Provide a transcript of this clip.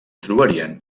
trobarien